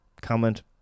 comment